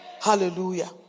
Hallelujah